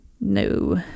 No